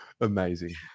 Amazing